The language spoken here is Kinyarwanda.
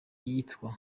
iyitwa